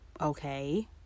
okay